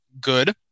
good